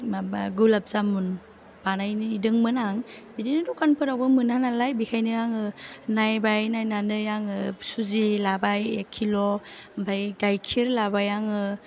माबा गुलाप जामुन बानायदोंमोन आं बिदिनो दखानफोराव मोना नालाय बेखायनो आङो नायबाय नायनानै आङो सुजि लाबाय एक किल' ओमफ्राय गाइखेर लाबाय आङो